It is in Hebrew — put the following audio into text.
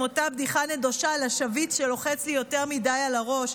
עם אותה בדיחה נדושה על השביס שלוחץ לי יותר מדי על הראש,